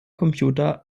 computer